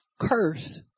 curse